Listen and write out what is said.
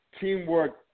teamwork